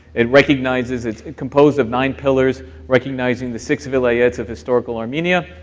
it recognizes, it's composed of nine pillars recognizing the six vilayets of historical armenia,